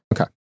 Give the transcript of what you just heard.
Okay